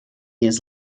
years